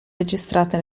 registrate